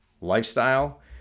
lifestyle